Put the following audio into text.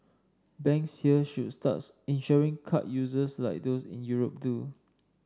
banks here should start insuring card users like those in Europe do